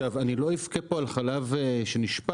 אני לא אבכה על חלב שנשפך,